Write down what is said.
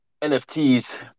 nfts